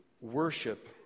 Worship